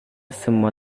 semua